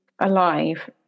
alive